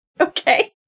okay